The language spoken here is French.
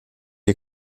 est